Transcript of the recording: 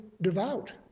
devout